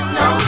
no